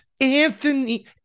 Anthony